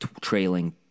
trailing